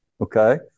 okay